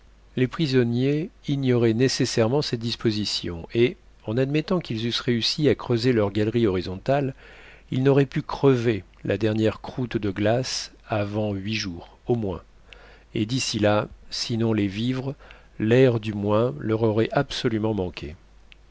les prisonniers ignoraient nécessairement cette disposition et en admettant qu'ils eussent réussi à creuser leur galerie horizontale ils n'auraient pu crever la dernière croûte de glace avant huit jours au moins et d'ici là sinon les vivres l'air du moins leur aurait absolument manqué